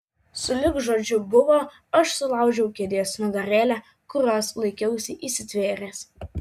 sulig žodžiu buvo aš sulaužiau kėdės nugarėlę kurios laikiausi įsitvėręs